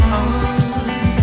on